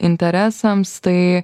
interesams tai